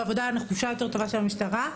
עבודה נחושה יותר טובה של המשטרה,